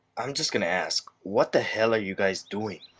i'm just gonna ask, what the hell are you guys doing?